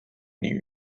new